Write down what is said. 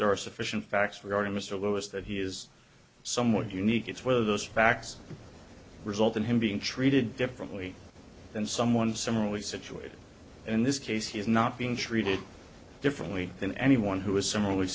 there are sufficient facts regarding mr lewis that he is somewhat unique it's whether those facts result in him being treated differently than someone similarly situated in this case he's not being treated differently than anyone who is similarly